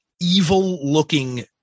Evil-looking